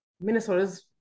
Minnesota's